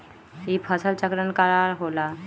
ई फसल चक्रण का होला?